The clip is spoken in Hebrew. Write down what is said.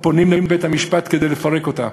פונים לבית-המשפט כדי לפרק אותה,